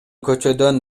көчөдөн